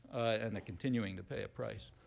and they're continuing to pay a price.